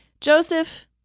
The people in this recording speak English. Joseph